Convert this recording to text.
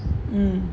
mmhmm